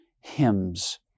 hymns